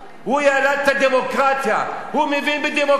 הוא ילד את הדמוקרטיה, הוא מבין בדמוקרטיה,